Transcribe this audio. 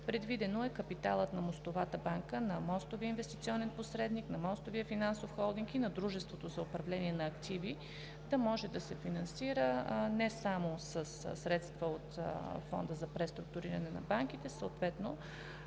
Предвидено е капиталът на мостовата банка, на мостовия инвестиционен посредник, на мостовия финансов холдинг и на Дружеството за управление на активи да може да се финансира не само със средства от Фонда за преструктуриране на банките, съответно